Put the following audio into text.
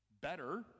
better